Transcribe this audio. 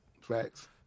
Facts